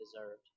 deserved